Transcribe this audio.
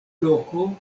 loko